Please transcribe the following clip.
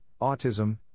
autism